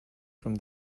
from